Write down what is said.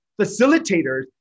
facilitators